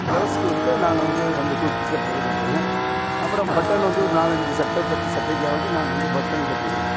ப்ளவுஸ்க்கு வந்து நான் வந்து அந்தக் கொக்கிக் கட்டுறது கட்டுவேன் அப்புறம் பட்டன் வந்து ஒரு நாலஞ்சு சட்ட பத்து சட்டைக்காவது நான் வந்து பட்டன் கட்டிடுவேன்